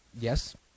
Yes